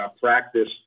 practice